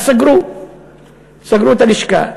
אז סגרו את הלשכה.